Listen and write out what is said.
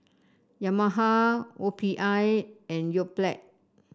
Yamaha O P I and Yoplait